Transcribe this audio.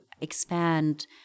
expand